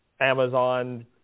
Amazon